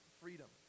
freedom